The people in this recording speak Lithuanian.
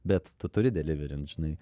bet tu turi deliverint žinai